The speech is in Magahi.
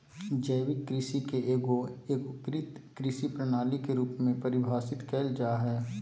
जैविक कृषि के एगो एगोकृत कृषि प्रणाली के रूप में परिभाषित कइल जा हइ